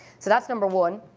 so that's number one.